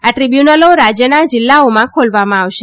આ ટીબ્યુનલો રાજ્યનાં જીલ્લાઓમાં ખોલવામાં આવશે